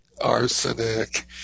Arsenic